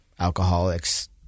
alcoholics